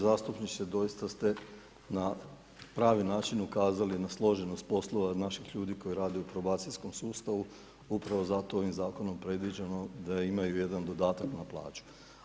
Uvaženi zastupniče, doista ste na pravi način ukazali na složenost poslova napih ljudi koji rade u probacijskom sustavu upravo zato i ovim zakonom predviđamo da imaju jedan dodatak na plaću.